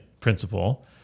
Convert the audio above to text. principle